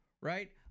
right